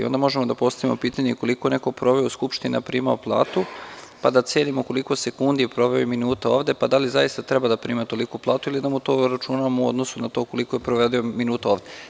Onda možemo da postavimo i pitanje koliko je neko proveo u Skupštini a primao platu, pa da cenimo koliko je sekundi i minuta proveo ovde, pa da li zaista treba da prima toliku platu ili da mu to obračunavamo u odnosu na to koliko je provodio minuta ovde.